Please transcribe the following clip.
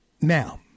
Now